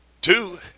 two